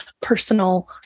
personal